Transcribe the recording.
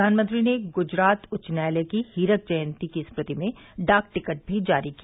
प्रधानमंत्री ने गुजरात उच्च न्यायालय की हीरक जयंती की स्मृति में डाक टिकट भी जारी किया